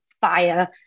fire